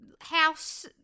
house